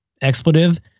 expletive